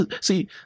see